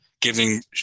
giving